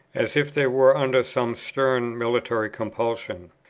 as if they were under some stern military compulsion?